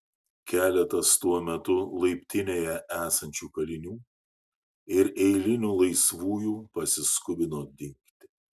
keletas tuo metu laiptinėje esančių kalinių ir eilinių laisvųjų pasiskubino dingti